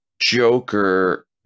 Joker